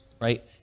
right